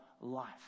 life